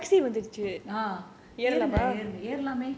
uh